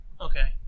Okay